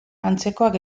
antzekoak